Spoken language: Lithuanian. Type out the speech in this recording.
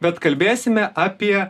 bet kalbėsime apie